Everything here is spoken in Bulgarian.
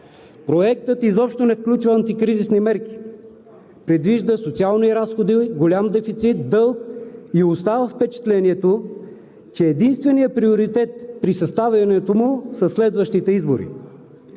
Проектът изобщо не включва антикризисни мерки, предвижда социални разходи, голям дефицит, дълг и оставя впечатлението, че единственият приоритет при съставянето му са следващите избори.